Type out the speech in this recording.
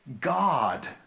God